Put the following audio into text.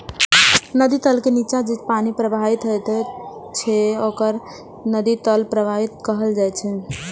नदी तल के निच्चा जे पानि प्रवाहित होइत छैक ओकरा नदी तल प्रवाह कहल जाइ छै